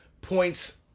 points